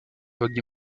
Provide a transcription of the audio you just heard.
vogue